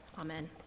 Amen